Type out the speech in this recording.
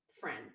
friend